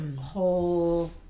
whole